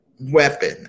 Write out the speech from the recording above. weapon